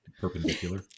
perpendicular